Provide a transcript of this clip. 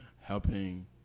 helping